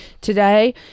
today